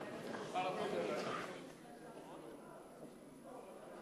רע"ם-תע"ל בל"ד להביע אי-אמון בממשלה לא נתקבלה.